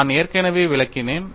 நான் ஏற்கனவே விளக்கினேன்